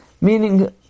meaning